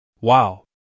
Wow